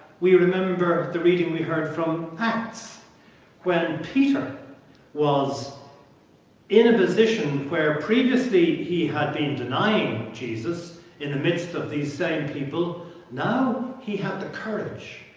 we remember the reading we heard from acts when and peter was in a position where previously he had been denying jesus in the midst of these same people now he had courage,